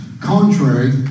contrary